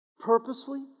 purposefully